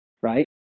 right